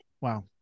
wow